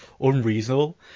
unreasonable